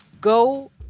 Go